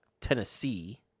Tennessee